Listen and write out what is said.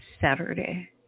Saturday